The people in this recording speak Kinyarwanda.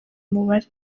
umubare